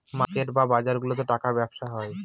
market বা বাজারগুলাতে টাকার ব্যবসা হয়